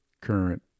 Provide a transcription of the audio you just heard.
current